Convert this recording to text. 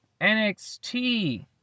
NXT